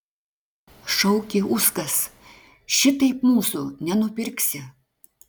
šaukė uskas šitaip mūsų nenupirksi